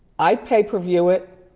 i'd pay-per-view it.